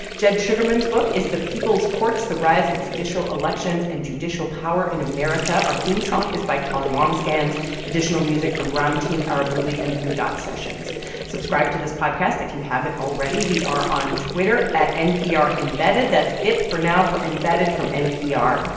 jed shugerman's book is the people's courts the rise of judicial elections and judicial power in america. our theme song is by colin wambsgans additional music from ramtin ah arablouei and blue dot sessions subscribe to this podcast if you haven't already. we are on twitter at nprembedded that's it for now for embedded from npr.